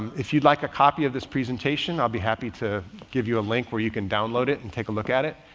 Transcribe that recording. if you'd like a copy of this presentation, i'll be happy to give you a link where you can download it and take a look at it.